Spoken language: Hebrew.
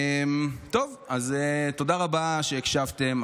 טוב, אז תודה רבה שהקשבתם.